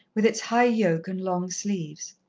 with its high yoke and long sleeves.